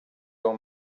your